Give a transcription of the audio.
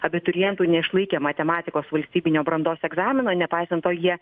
abiturientų neišlaikė matematikos valstybinio brandos egzamino nepaisant to jie